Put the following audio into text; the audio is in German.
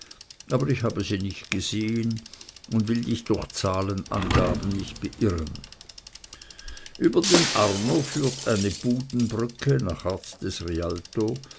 aber ich habe sie nicht gesehen und will dich durch zahlenangaben nicht beirren über den arno führt eine budenbrücke nach art des rialto